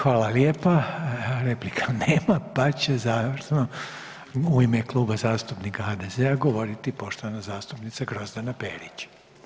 Hvala lijepa, replika nema pa će završno u ime Kluba zastupnika HDZ-a govoriti poštovana zastupnica Grozdana Perić.